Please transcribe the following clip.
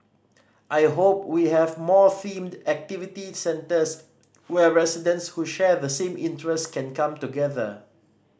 I hope we have more themed activity centres where residents who share the same interest can come together